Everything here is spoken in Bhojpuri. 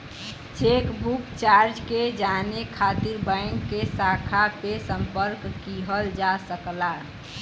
चेकबुक चार्ज के जाने खातिर बैंक के शाखा पे संपर्क किहल जा सकला